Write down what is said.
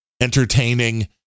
entertaining